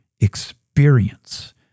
experience